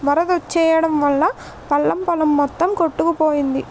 వరదొచ్చెయడం వల్లా పల్లం పొలం మొత్తం కొట్టుకుపోయింది